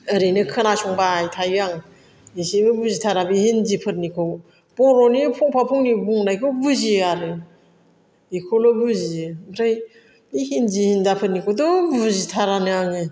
ओरैनो खोनासंबाय थायो आं एसेबो बुजिथारा बे हिन्दिफोरनिखौ बर'नि फंफा फंनै बुंनायखौ बुजियो आरो बेखौल' बुजियो ओमफ्राय बे हिन्दि हिन्दाफोरनिखौथ' बुजिथारानो आङो